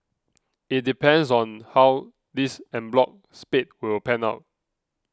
it depends on how this en bloc spate will pan out